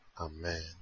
Amen